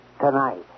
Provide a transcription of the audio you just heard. Tonight